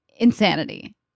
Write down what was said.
Insanity